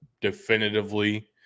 definitively